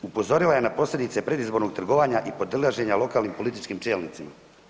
Upozorila je na posljedice predizbornog trgovanja i podilaženja lokalnim političkim čelnicima.